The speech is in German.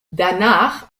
danach